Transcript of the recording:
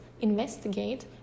investigate